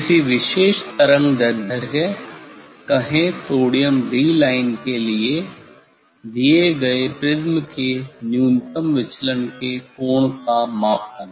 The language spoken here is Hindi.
किसी विशेष तरंगदैर्ध्य कहें सोडियम 'D' लाइन के लिए दिए गए प्रिज्म के न्यूनतम विचलन के कोण का मापन